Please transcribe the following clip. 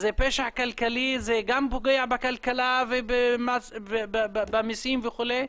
זה פשע כלכלי, זה גם פוגע בכלכלה ובמסים וכו'.